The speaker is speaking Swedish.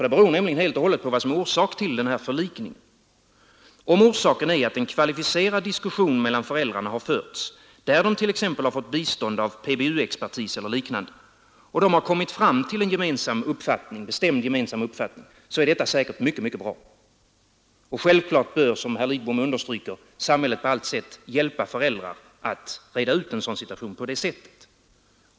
Det beror nämligen helt och hållet på vad som är orsak till förlikningen. Är orsaken att en kvalificerad diskussion mellan föräldrarna förts, där de t.ex. fått bistånd av PBU-expertis eller liknande, och de har kommit fram till en bestämd gemensam uppfattning, är detta säkert mycket bra. Självfallet bör, som herr Lidbom understryker, samhället på allt sätt hjälpa föräldrar att reda ut en sådan situation.